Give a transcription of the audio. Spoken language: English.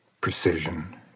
precision